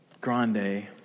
grande